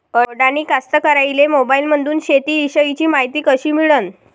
अडानी कास्तकाराइले मोबाईलमंदून शेती इषयीची मायती कशी मिळन?